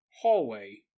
Hallway